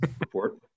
report